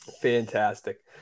fantastic